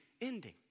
ending